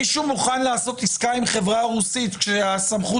מישהו מוכן לעשות עסקה עם חברה רוסית כשסמכות